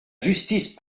justice